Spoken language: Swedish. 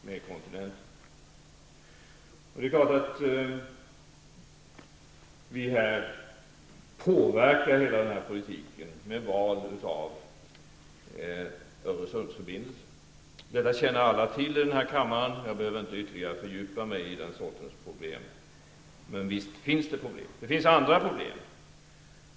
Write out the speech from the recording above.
Det är klart att vi här påverkar hela den politiken med val av Öresundsförbindelse. Detta känner alla i denna kammare till. Jag behöver inte ytterliga fördjupa mig i den sortens problem. Visst finns där problem, och det finns andra problem.